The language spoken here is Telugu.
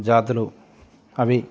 జాతులు అవి